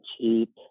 Cheap